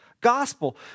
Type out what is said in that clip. Gospel